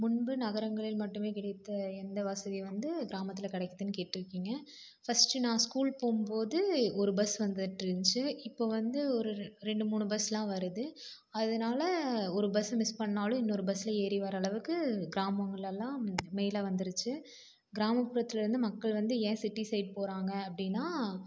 முன்பு நகரங்களில் மட்டுமே கிடைத்த எந்த வசதி வந்து கிராமத்தில் கிடைக்குதுன்னு கேட்டுருக்கீங்க ஃபர்ஸ்ட்டு நான் ஸ்கூல் போகும்போது ஒரு பஸ் வந்துட்டுருந்ச்சு இப்போ வந்து ஒரு ரெண்டு மூணு பஸ் எல்லாம் வருது அதனால ஒரு பஸ்ஸை மிஸ் பண்ணாலும் இன்னொரு பஸ்ஸில் ஏறி வர அளவுக்கு கிராமங்களெல்லாம் மேலே வந்துருச்சு கிராமப்புறத்தில் வந்து மக்கள் வந்து ஏன் சிட்டி சைட் போகறாங்க அப்படின்னா